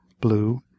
blue